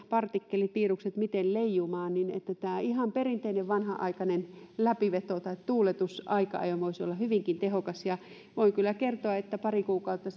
nämä partikkelit virukset sitten miten leijumaan niin tämä ihan perinteinen vanhanaikainen läpiveto tai tuuletus aika ajoin voisi olla hyvinkin tehokas ja voin kyllä kertoa että pari kuukautta